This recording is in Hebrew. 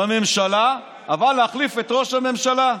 בממשלה, אבל להחליף את ראש הממשלה.